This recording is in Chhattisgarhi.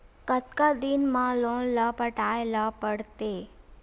कतका दिन मा लोन ला पटाय ला पढ़ते?